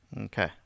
Okay